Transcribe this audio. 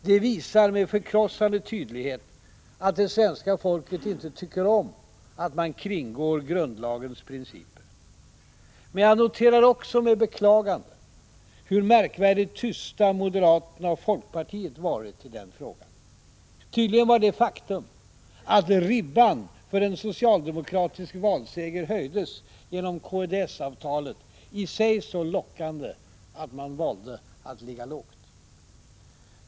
Det visar med förkrossande tydlighet att det svenska folket inte tycker om att man kringgår grundlagens principer. Men jag noterar också, med beklagande, hur märkvärdigt tysta moderaterna och folkpartiet varit i den frågan. Tydligen var det faktum att ”ribban” för en socialdemokratisk valseger höjdes genom kds-avtalet i sig så lockande att man valde att ligga lågt.